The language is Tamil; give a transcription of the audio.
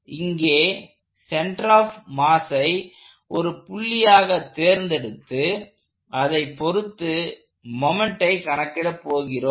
இங்கே சென்டர் ஆப் மாஸை ஒரு புள்ளியாக தேர்ந்தெடுத்து அதை பொருத்து மொமெண்ட்டை கணக்கிட போகிறோம்